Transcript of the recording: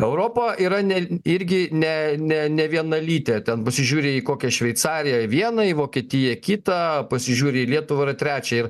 europa yra ne irgi ne ne nevienalytė ten pasižiūrį į kokią šveicariją į vieną į vokietiją kitą pasižiūri į lietuvą yra trečia ir